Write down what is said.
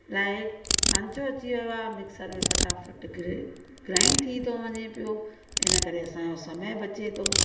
लाइ सांचो अची वियो आहे मिक्सर में फ़टाफ़ट ग्रील ग्राइंड थी थो वञे पियो इनकरे असांजो समय बचे थो